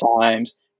times